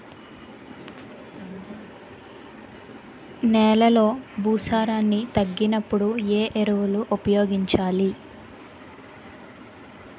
నెలలో భూసారాన్ని తగ్గినప్పుడు, ఏ ఎరువులు ఉపయోగించాలి?